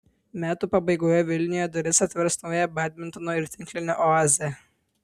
metų pabaigoje vilniuje duris atvers nauja badmintono ir tinklinio oazė